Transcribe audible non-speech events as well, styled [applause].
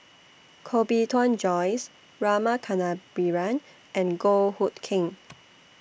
Koh Bee Tuan Joyce Rama Kannabiran and Goh Hood Keng [noise]